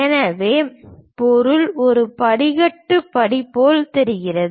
எனவே பொருள் ஒரு படிக்கட்டு படி போல் தெரிகிறது